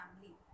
family